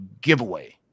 giveaway